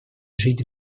жить